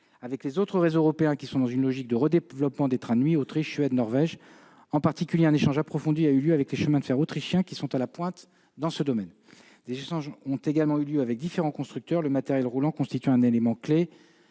avec les autres réseaux européens qui sont dans une logique de redéveloppement des trains de nuit- Autriche, Suède, Norvège. Un échange approfondi a notamment eu lieu avec les chemins de fer autrichiens qui sont à la pointe dans ce domaine. Des échanges se sont également déroulés avec différents constructeurs, le matériel roulant constituant un élément clé